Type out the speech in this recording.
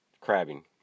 crabbing